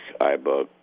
iBook